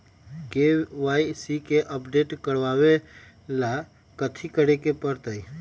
KYC के update करवावेला कथि करें के परतई?